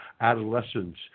adolescence